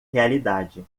realidade